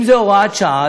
אם זה הוראת שעה,